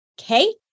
Okay